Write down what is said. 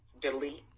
delete